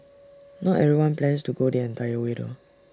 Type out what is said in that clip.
not everyone plans to go the entire way though